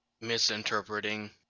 misinterpreting